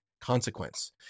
consequence